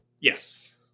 yes